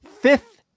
fifth